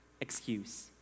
excuse